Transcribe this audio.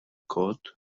code